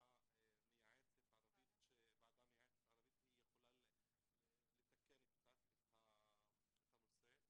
מייעצת ערבית יכולה לתקן קצת את הנושא.